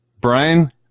Brian